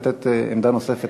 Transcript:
לתת עמדה נוספת